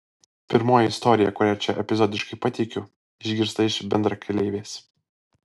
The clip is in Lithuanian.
pirmoji istorija kurią čia epizodiškai pateikiu išgirsta iš bendrakeleivės